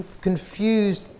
confused